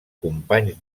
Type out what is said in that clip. companys